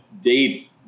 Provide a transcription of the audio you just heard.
date